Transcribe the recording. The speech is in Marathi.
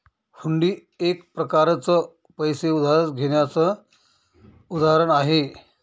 हुंडी एक प्रकारच पैसे उधार घेण्याचं उदाहरण आहे